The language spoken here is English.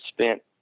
spent